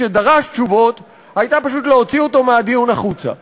שדרש תשובות הייתה פשוט להוציא אותו מהדיון החוצה.